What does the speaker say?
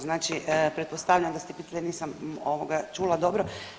Znači pretpostavljam da … [[Govornica se ne razumije.]] nisam čula dobro.